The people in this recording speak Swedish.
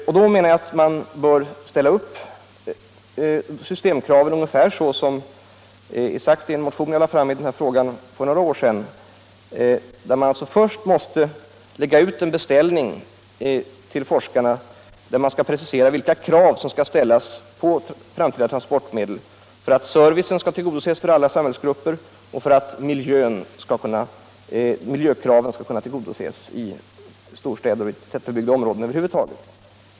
Och då menar jag att systemkraven bör vara ungefär sådana som jag angav i en motion i denna fråga för några år sedan. Den första fasen är att man lägger ut en beställning till forskarna och preciserar vilka krav som skall ställas på framtida transportmedel för att servicen skall tillgodoses för alla samhällsgrupper och för att miljösynpunkterna skall kunna beaktas i storstäder och andra tätbebyggda områden.